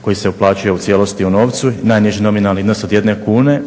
koji se uplaćuje u cijelosti u novcu, najniži nominalni iznos od jedne kune.